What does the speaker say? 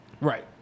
Right